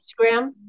Instagram